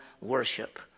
worship